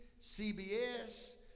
CBS